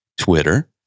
Twitter